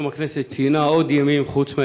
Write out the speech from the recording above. היום הכנסת ציינה עוד ימים חוץ מהעישון,